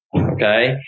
Okay